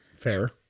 fair